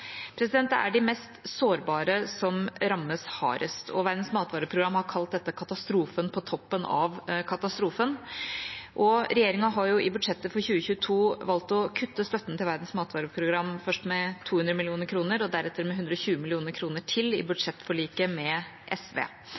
Det er de mest sårbare som rammes hardest, og Verdens matvareprogram har kalt dette katastrofen på toppen av katastrofen. Regjeringen har i budsjettet for 2022 valgt å kutte støtten til Verdens matvareprogram først med 200 mill. kr og deretter med 120 mill. kr til i budsjettforliket med SV.